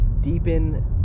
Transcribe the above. deepen